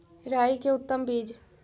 राई के उतम बिज?